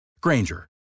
Granger